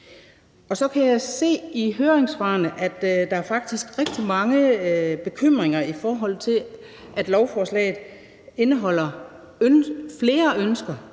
Og så kan jeg se i høringssvarene, at der faktisk er rigtig mange bekymringer, i forhold til at lovforslaget indeholder flere ønsker